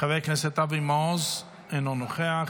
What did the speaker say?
חבר כנסת אבי מעוז, אינו נוכח,